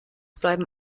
bleiben